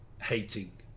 hating